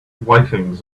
whitings